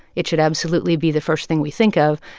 it should absolutely be the first thing we think of.